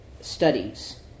studies